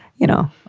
you know,